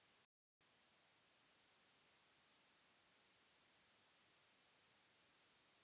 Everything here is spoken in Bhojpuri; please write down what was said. पब्लिक प्रोविडेंट फण्ड खाताधारक के टैक्स में छूट मिलला